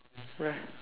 where